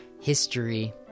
history